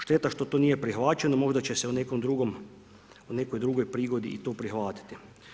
Šteta što to nije prihvaćeno, možda će se u nekoj drugoj prigodi i to prihvatiti.